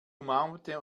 umarmte